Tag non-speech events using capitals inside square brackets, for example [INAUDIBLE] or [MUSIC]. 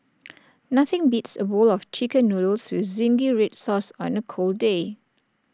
[NOISE] nothing beats A bowl of Chicken Noodles with Zingy Red Sauce on A cold day